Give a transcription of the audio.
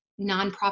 nonprofit